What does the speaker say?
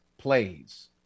plays